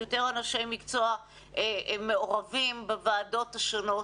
יותר אנשי מקצוע מעורבים בוועדות השונות.